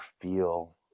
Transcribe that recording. feel